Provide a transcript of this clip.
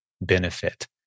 benefit